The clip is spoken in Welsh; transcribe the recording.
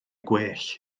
gwell